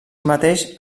mateix